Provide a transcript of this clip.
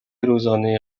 روزانه